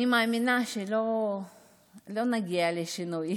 אני מאמינה שלא נגיע לשינוי